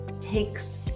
takes